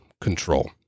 control